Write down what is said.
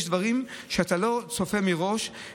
יש דברים שאתה לא צופה מראש,